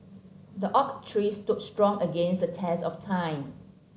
the oak tree stood strong against the test of time